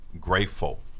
grateful